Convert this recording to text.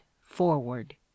forward